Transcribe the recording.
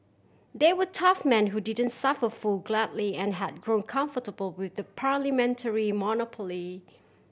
they were tough man who didn't suffer fool gladly and had grown comfortable with a parliamentary monopoly